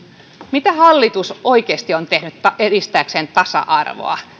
mitä hallitus oikeasti on tehnyt edistääkseen tasa arvoa